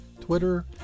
Twitter